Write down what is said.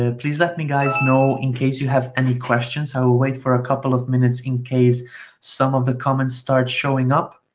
ah please let me guys know in case you have any questions, i will wait for a couple of minutes in case some of the comments starts showing up.